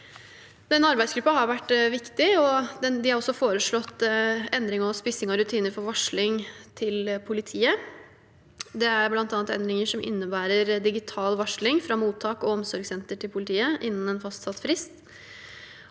viktig, og de har også foreslått endring og spissing av rutiner for varsling til politiet. Det er bl.a. endringer som innebærer digital varsling fra mottak og omsorgssenter til politiet innen en fastsatt frist.